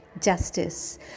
Justice